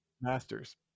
master's